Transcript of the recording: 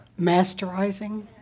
Masterizing